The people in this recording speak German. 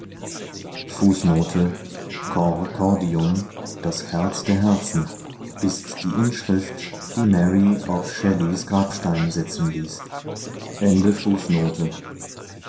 das herz der herzen ist die inschrift die mary auf shelleys grabstein setzen ließ